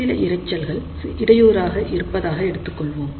சில இரைச்சல்கள் இடையூறாக இருப்பதாக எடுத்துக்கொள்வோம்